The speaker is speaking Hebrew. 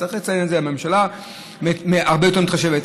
וצריך לציין את זה שהממשלה הרבה יותר מתחשבת.